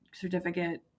certificate